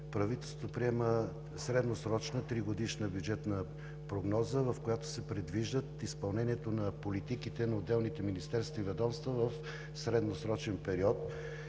правителството приема средносрочна тригодишна бюджетна прогноза, в която се предвижда изпълнението на политиките на отделните министерства и ведомства в средносрочен период.